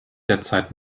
derzeit